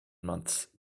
months